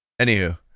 anywho